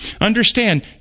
Understand